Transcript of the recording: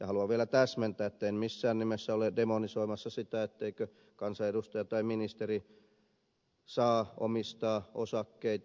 haluan vielä täsmentää etten missään nimessä ole demonisoimassa sitä etteikö kansanedustaja tai ministeri saa omistaa osakkeita